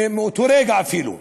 מאותו רגע אפילו,